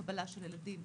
לקבלה של הילדים,